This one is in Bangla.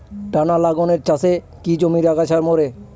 টানা লাঙ্গলের চাষে কি জমির আগাছা মরে?